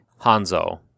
Hanzo